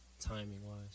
timing-wise